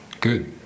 Good